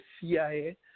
CIA